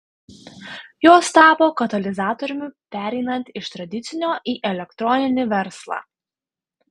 jos tapo katalizatoriumi pereinant iš tradicinio į elektroninį verslą